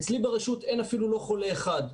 אצלי ברשות אין אפילו חולה אחד.